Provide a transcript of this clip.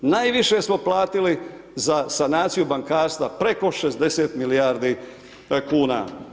Najviše smo platili za sanaciju bankarstva, preko 60 milijardi kuna.